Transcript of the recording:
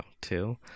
two